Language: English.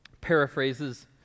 paraphrases